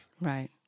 right